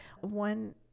One